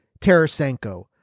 Tarasenko